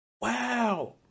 Wow